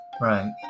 right